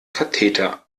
katheter